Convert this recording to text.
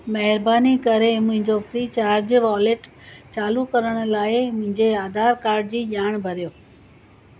महिरबानी करे मुंहिंजो फ्रीचार्ज वॉलेट चालू करण लाइ मुंहिंजे आधार कार्ड जी ॼाण भरियो